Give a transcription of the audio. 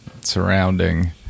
surrounding